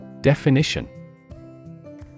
Definition